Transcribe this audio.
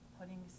putting